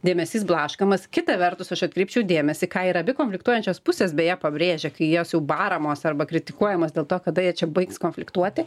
dėmesys blaškomas kita vertus aš atkreipčiau dėmesį ką ir abi konfliktuojančios pusės beje pabrėžia kai jos jau baramos arba kritikuojamos dėl to kada jie baigs konfliktuoti